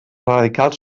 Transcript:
radicals